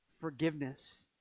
forgiveness